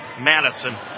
Madison